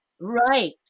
right